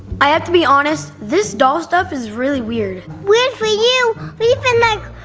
i have to be honest, this doll stuff is really weird. weird for you? we've been, like,